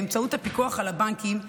באמצעות הפיקוח על הבנקים,